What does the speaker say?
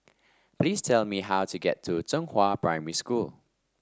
please tell me how to get to Zhenghua Primary School